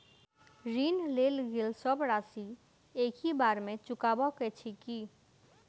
ऋण लेल गेल सब राशि एकहि बेर मे चुकाबऽ केँ छै की?